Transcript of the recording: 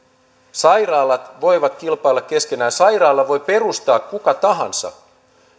sairaalat voivat kilpailla keskenään sairaalan voi perustaa kuka tahansa